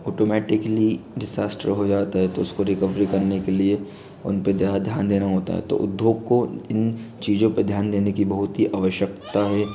automatically disaster हो जाता है तो उसको रिकवरी करने के लिए उनपे ज़्यादा ध्यान देना होता है तो उद्योग को इन चीज़ों पे ध्यान देने की बहुत ही आवश्यकता है